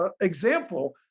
example